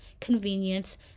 convenience